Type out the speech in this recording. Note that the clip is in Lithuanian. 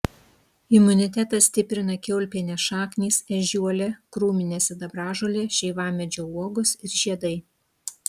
imunitetą stiprina kiaulpienės šaknys ežiuolė krūminė sidabražolė šeivamedžio uogos ir žiedai